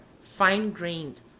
fine-grained